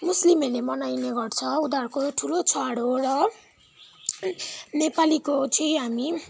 मुस्लिमहरूले मनाइने गर्छ उनीहरूको ठुलो चाड हो र नेपालीको चाहिँ हामी